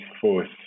force